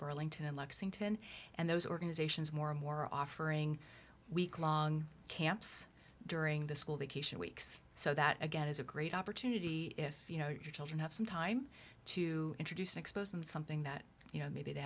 burlington and lexington and those organizations more and more offering weeklong camps during the school vacation weeks so that again is a great opportunity if you know your children have some time to introduce expose them something that you know maybe they